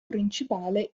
principale